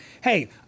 hey